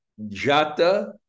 Jata